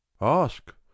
ask